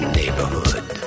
neighborhood